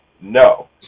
no